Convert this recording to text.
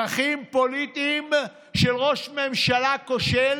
צרכים פוליטיים של ראש ממשלה כושל,